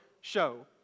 show